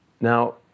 Now